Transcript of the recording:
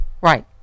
Right